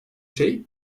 şey